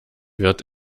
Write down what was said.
wird